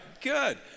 Good